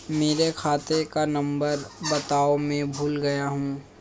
मेरे खाते का नंबर बताओ मैं भूल गया हूं